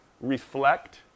reflect